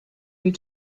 you